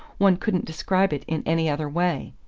one couldn't describe it in any other way!